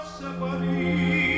separate